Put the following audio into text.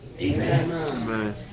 Amen